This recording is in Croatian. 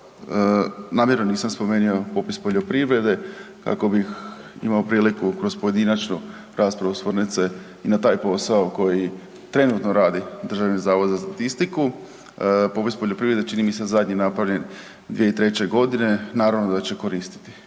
namjerno nisam spomenuo popis poljoprivrede kako bih imao priliku kroz pojedinačnu raspravu osvrnut se i na taj posao koji trenutno radi DZS, popis poljoprivrede čini mise zadnji napravljen 2003. godine naravno da će koristiti.